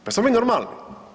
Pa jesmo mi normalni?